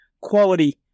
quality